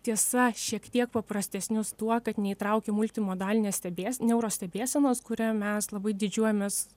tiesa šiek tiek paprastesnius tuo kad neįtraukė multimodalinės stebės neuro stebėsenos kuria mes labai didžiuojamės